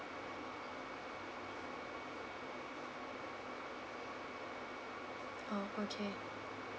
oh okay